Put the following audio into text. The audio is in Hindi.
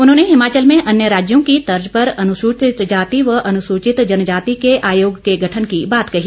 उन्होंने हिमाचल में अन्य राज्यों की तर्ज पर अनुसूचित जाति व अनुसूचित जनजाति के आयोग के गठन की बात कही